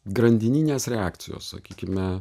grandininės reakcijos sakykime